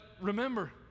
remember